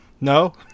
No